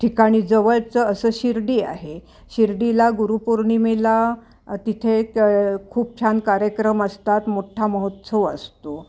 ठिकाणी जवळचं असं शिर्डी आहे शिर्डीला गुरुपौर्णिमेला तिथे क खूप छान कार्यक्रम असतात मोठ्ठा महोत्सव असतो